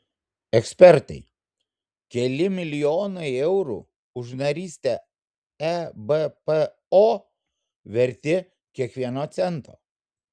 ekspertai keli milijonai eurų už narystę ebpo verti kiekvieno cento